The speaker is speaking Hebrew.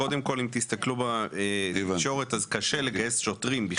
אם תסתכלו בתקשורת אז קשה לגייס שוטרים בכלל.